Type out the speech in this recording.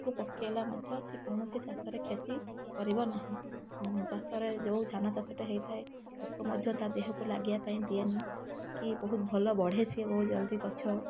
ତାକୁ ପକାଇଲେ ମଧ୍ୟ ସେ କୌଣସି ଚାଷରେ କ୍ଷତି କରିବ ନାହିଁ ଚାଷରେ ଯେଉଁ ଧାନ ଚାଷଟେ ହେଇଥାଏ ପୋକ ମଧ୍ୟ ତା ଦେହକୁ ଲାଗିବା ପାଇଁ ଦିଏନି କି ବହୁତ ଭଲ ବଢ଼େ ସିଏ ବହୁତ ଜଲଦି ଗଛ